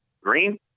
green